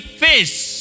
face